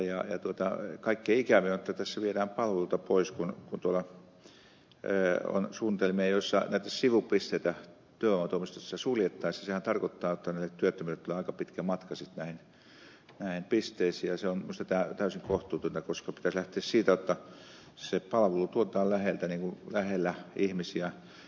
kaikkein ikävintä on että tässä viedään palveluita pois kun on suunnitelmia joissa näitä sivupisteitä työvoimatoimistoista suljettaisiin ja sehän tarkoittaa että niille työttömille tulee aika pitkä matka sitten näihin pisteisiin ja minusta se on täysin kohtuutonta koska pitäisi lähteä siitä jotta se palvelu tuotetaan lähellä ihmisiä